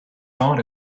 not